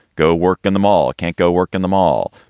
go work in the mall, can't go work in the mall,